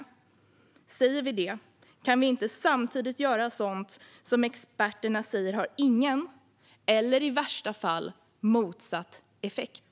Om vi säger det kan vi inte samtidigt göra sådant som experterna säger har ingen eller i värsta fall motsatt effekt.